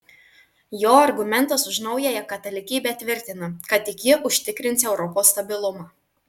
jo argumentas už naująją katalikybę tvirtina kad tik ji užtikrins europos stabilumą